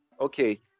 okay